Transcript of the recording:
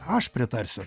aš pritarsiu